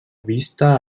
vista